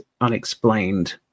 unexplained